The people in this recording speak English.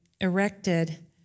erected